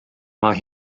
mae